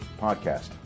podcast